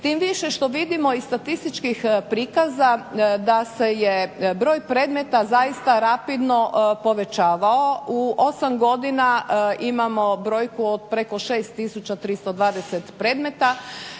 Tim više što vidimo iz statističkih prikaza da se je broj predmeta zaista rapidno povećavao u osam godina imamo brojku od preko 6320 predmeta.